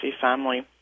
family